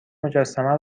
مجسمه